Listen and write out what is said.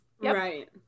right